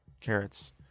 carrots